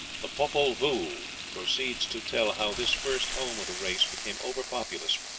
the popol vuh proceeds to tell how this first home of the race became over-populous,